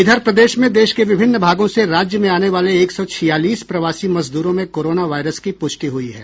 इधर प्रदेश में देश के विभिन्न भागों से राज्य में आने वाले एक सौ छियालीस प्रवासी मजद्रों में कोरोना वायरस की प्रष्टि हुई है